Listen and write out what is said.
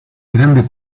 grande